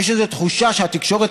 איזה תחושה שהתקשורת